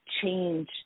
change